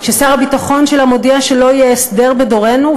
ששר הביטחון שלה מודיע שלא יהיה הסדר בדורנו?